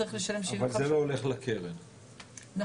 צריך לשלם 75%. אבל זה לא הולך לקרן.